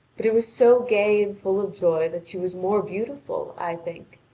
but it was so gay and full of joy that she was more beautiful, i think,